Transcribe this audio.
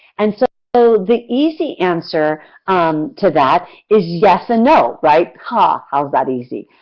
and so so the easy answer um to that is yes and no. right? ha, how is that easy?